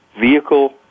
Vehicle